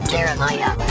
Jeremiah